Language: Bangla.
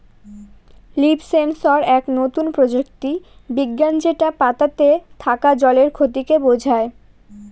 লিফ সেন্সর এক নতুন প্রযুক্তি বিজ্ঞান যেটা পাতাতে থাকা জলের ক্ষতিকে বোঝায়